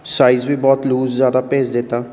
size ਵੀ ਬਹੁਤ loose ਜ਼ਿਆਦਾ ਭੇਜ ਦਿੱਤਾ